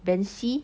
band c